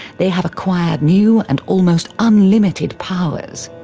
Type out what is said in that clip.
they have acquired new and almost unlimited powers,